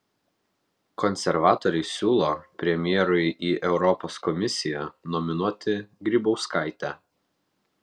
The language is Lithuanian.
konservatoriai siūlo premjerui į europos komisiją nominuoti grybauskaitę